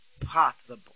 possible